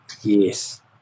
Yes